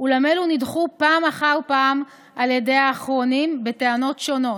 אולם אלו נדחו פעם אחר פעם על ידי האחרונים בטענות שונות.